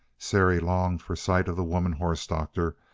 sary longed for sight of the woman horse doctor,